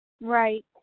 right